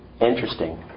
Interesting